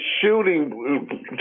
shooting